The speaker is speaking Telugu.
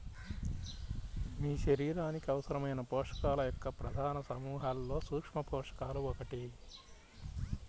మీ శరీరానికి అవసరమైన పోషకాల యొక్క ప్రధాన సమూహాలలో సూక్ష్మపోషకాలు ఒకటి